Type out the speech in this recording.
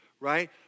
right